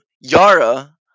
Yara